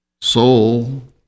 Soul